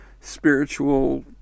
spiritual